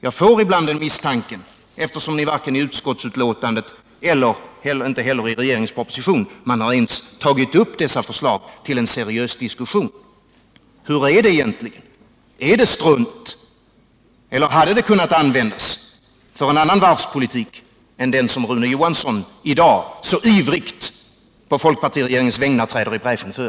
Jag får ibland misstanken att det förhåller sig på det senare sättet, eftersom man varken i regeringens proposition eller i utskottsbetänkandet ens har tagit upp dessa förslag till en seriös diskussion. Hur är det egentligen? Är förslagen strunt, eller hade de kunnat användas för en annan varvspolitik än den som Rune Johansson i dag så ivrigt på folkpartiregeringens vägnar träder i bräschen för?